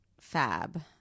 fab